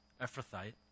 Ephrathite